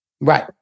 Right